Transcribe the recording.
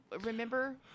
remember